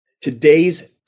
Today's